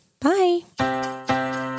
bye